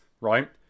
right